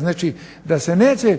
Znači da se